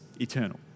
eternal